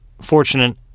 fortunate